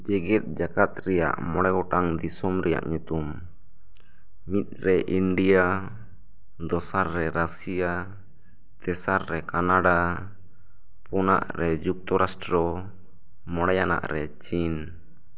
ᱡᱮᱜᱮᱛ ᱡᱟᱠᱟᱛ ᱨᱮᱭᱟᱜ ᱢᱚᱬᱮ ᱜᱚᱴᱟᱝ ᱫᱤᱥᱚᱢ ᱨᱮᱭᱟᱜ ᱧᱩᱛᱩᱢ ᱢᱤᱫ ᱨᱮ ᱤᱱᱰᱤᱭᱟ ᱫᱚᱥᱟᱨ ᱨᱮ ᱨᱟᱥᱤᱭᱟ ᱛᱮᱥᱟᱨ ᱨᱮ ᱠᱟᱱᱟᱰᱟ ᱯᱩᱱᱟᱜ ᱨᱮ ᱡᱩᱠᱛᱚ ᱨᱟᱥᱴᱨᱚ ᱢᱚᱬᱮ ᱭᱟᱱᱟᱜ ᱨᱮ ᱪᱤᱱ